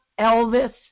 Elvis